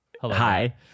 Hi